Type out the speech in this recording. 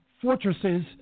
fortresses